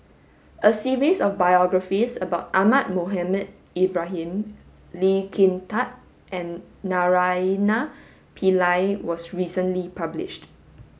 a series of biographies about Ahmad Mohamed Ibrahim Lee Kin Tat and Naraina Pillai was recently published